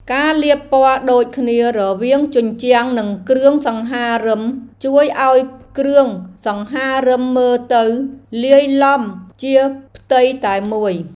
ការលាបពណ៌ដូចគ្នារវាងជញ្ជាំងនិងគ្រឿងសង្ហារិមជួយឱ្យគ្រឿងសង្ហារិមមើលទៅលាយឡំជាផ្ទៃតែមួយ។